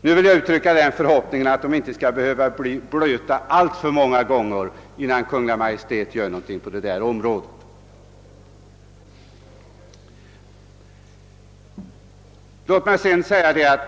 Jag hoppas att hemvärnsmännen inte skall behöva bli blöta alltför många gånger innan Kungl. Maj:t gör något åt saken.